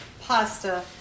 pasta